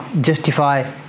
justify